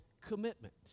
commitment